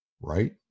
right